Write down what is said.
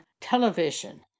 television